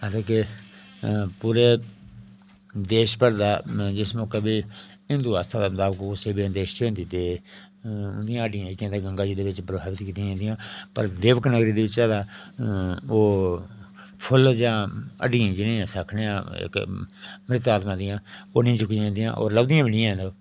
असें के पूरे देश भर दा जिस मौके बी हिन्दु आस्था ते कुसै दी देश च होंदी ते उं'दियां हड्डियां जेह्कियां ते गंगा जी दे बिच प्रवाहित कीतियां जन्दियां पर देवका नगरी दे बिचा तां ओह् फु'ल्ल जां हड्डियां जि'नें ई अस आखने आं मृत आत्मा दियां ओह् निं चुक्कियां जन्दियां ओ लभदियां बी निं हैन